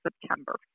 September